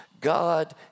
God